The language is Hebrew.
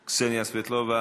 טיבי.